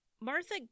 Martha